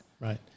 Right